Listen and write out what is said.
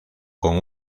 con